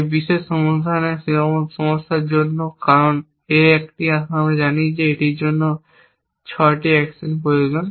এই বিশেষ সমস্যার জন্য কারণ A এখন আমরা জানি যে এটির জন্য 6টি অ্যাকশন প্রয়োজন